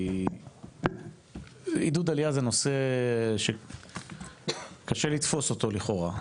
כי עידוד עלייה זה נושא שקשה לתפוס אותו לכאורה.